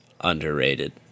underrated